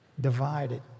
divided